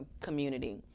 community